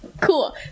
Cool